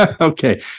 Okay